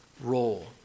role